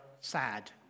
sad